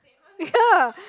ya